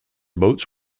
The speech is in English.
boats